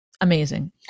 amazing